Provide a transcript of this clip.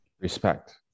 Respect